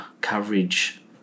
coverage